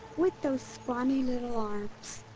with those scrawny little arms.